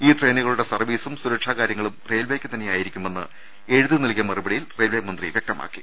ഈ ട്രെയിനുകളുടെ സർവീസും സുരക്ഷാകാര്യങ്ങളും റെയിൽവെക്ക് തന്നെയായിരിക്കുമെന്ന് എഴുതി നൽകിയ മറുപടിയിൽ റെയിൽവെ മന്ത്രി വ്യക്തമാക്കി